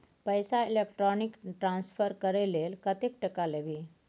पैसा electronic transfer करय लेल कतेक टका लेबही